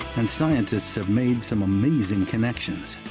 and scientists have made some amazing connections